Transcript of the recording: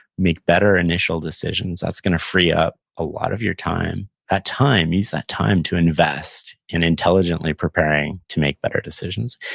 make better initial decisions. that's gonna free up a lot of your time. that time, use that time to invest in intelligently preparing to make better decisions.